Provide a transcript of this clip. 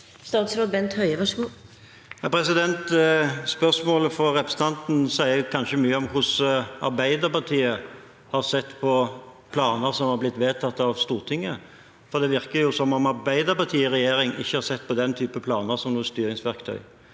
Statsråd Bent Høie Spørsmålet fra repre- sentanten sier kanskje mye om hvordan Arbeiderpartiet har sett på planer som har blitt vedtatt av Stortinget, for det virker som om Arbeiderpartiet i regjering ikke har sett på den type planer som noe styringsverktøy.